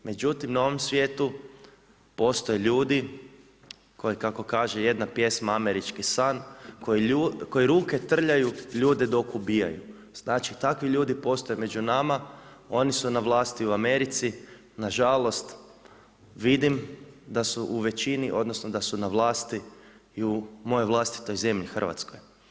Međutim na ovom svijetu postoje ljudi koji kako kaže jedna pjesma Američki san, koji ruke trljaju ljude dok ubijaju, znači takvi ljudi postoje među nama, oni su na vlasti u Americi, nažalost, vidim da su u većini odnosno da su na vlasti i u mojoj vlastitoj zemlji Hrvatskoj.